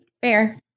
Fair